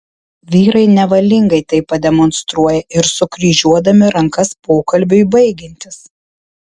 vyrai nevalingai tai pademonstruoja ir sukryžiuodami rankas pokalbiui baigiantis